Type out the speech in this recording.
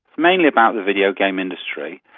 mainly about the video game industry.